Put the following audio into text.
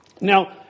Now